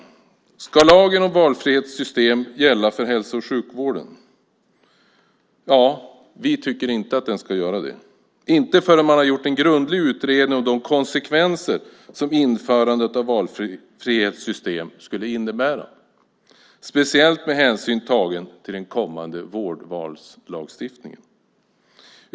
Ska lagen om valfrihetssystem gälla för hälso och sjukvården? Vi tycker inte att den ska göra det - inte förrän man har gjort en grundlig utredning om de konsekvenser som införandet av valfrihetssystem skulle innebära, speciellt med hänsyn tagen till den kommande vårdvalslagstiftningen.